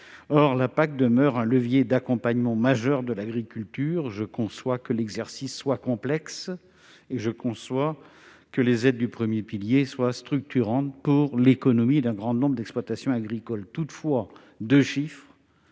Or la PAC demeure un levier d'accompagnement majeur de l'agriculture. Je conçois que l'exercice soit complexe, et que les aides du premier pilier soit structurantes pour l'économie d'un grand nombre d'exploitations agricoles. Permettez-moi